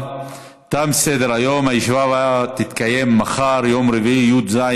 הרווחה והבריאות להמשך הכנתה